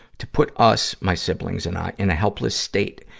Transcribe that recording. to put us my siblings and i in a helpless state,